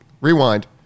rewind